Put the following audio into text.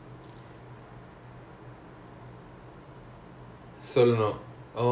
so அந்த:antha phrase eh வந்து அந்த:vanthu antha emotion க்கு ஏத்த மாதிரி நான் கத்தனும்:kku aetha maathiri naan katthanum